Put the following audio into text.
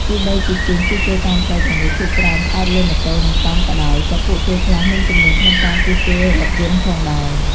ទោះបីជាជាងជួសជុលតាមផ្លូវទាំងនេះភាគច្រើនផ្តោតលើម៉ូតូនិងកង់ក៏ដោយ ក៏ពួកគេខ្លះមានជំនាញក្នុងការជួសជុលរថយន្តផងដែរ។